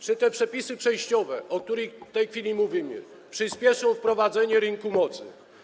Czy te przepisy przejściowe, o których w tej chwili mówimy, przyspieszą wprowadzenie rynku mocy?